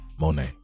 Monet